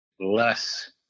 less